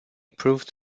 proved